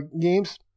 games